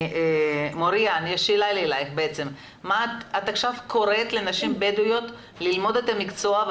את עכשיו קוראת לנשים בדואיות ללמוד את המקצוע?